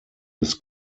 des